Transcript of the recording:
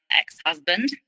ex-husband